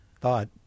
thought